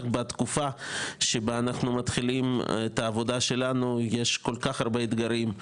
בתקופה שבה אנחנו מתחלים את העבודה שלנו יש הרבה אתגרים.